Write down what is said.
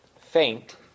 faint